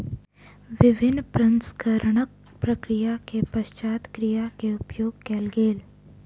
विभिन्न प्रसंस्करणक प्रक्रिया के पश्चात कीड़ा के उपयोग कयल गेल